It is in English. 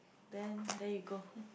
then there you go